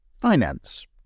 finance